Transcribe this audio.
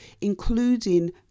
including